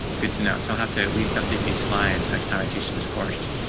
good to know. so i'll have to at least update these slides. next time i teach this course.